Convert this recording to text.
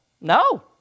no